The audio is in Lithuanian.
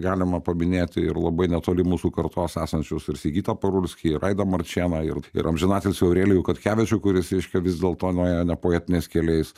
galima paminėti ir labai netoli mūsų kartos esančius ir sigitą parulskį ir aidą marčėną ir ir amžinatilsį aurelijų katkevičių kuris reiškia vis dėlto nuėjo ne poetiniais keliais